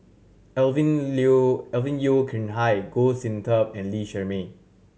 Alvin Alvin Yeo Khirn Hai Goh Sin Tub and Lee Shermay